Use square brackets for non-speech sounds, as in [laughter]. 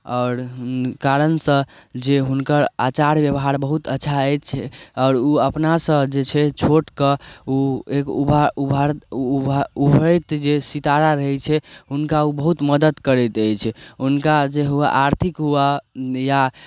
आओर कारणसँ जे हुनकर आचार व्याभार बहुत अच्छा अछि आओर ओ अपनासँ जे छै छोटके ओ [unintelligible] ऊभरैत जे सितारा रहै छै हुनका ओ बहुत मदत करैत अछि हुनका जे हुअ आर्थिक हुअ या